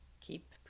keep